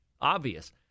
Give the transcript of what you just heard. obvious